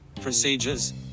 procedures